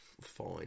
fine